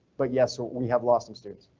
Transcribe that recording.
but yes, so we have lost some students.